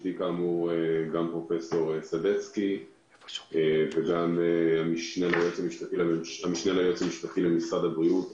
נמצאת איתי כאן פרופ' סדצקי וגם המשנה ליועץ המשפטי למשרד הבריאות,